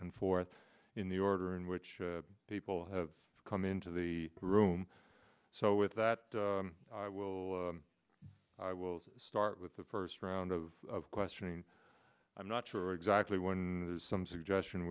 and forth in the order in which people have come into the room so with that i will i will start with the first round of questioning i'm not sure exactly when there's some suggestion